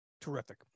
terrific